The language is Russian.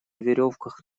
веревках